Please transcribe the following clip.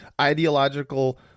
ideological